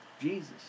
Jesus